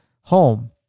home